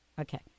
Okay